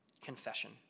Confession